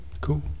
Cool